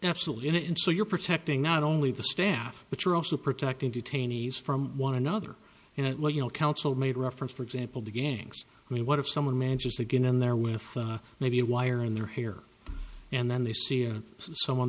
absolutely and so you're protecting not only the staff but you're also protecting detainees from one another you know what you know counsel made reference for example to gangs i mean what if someone manages to get in there with maybe a wire in their hair and then they see a someone